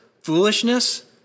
foolishness